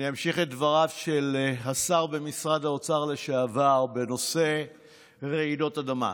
אני אמשיך את דבריו של השר במשרד האוצר לשעבר בנושא רעידות אדמה.